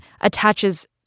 attaches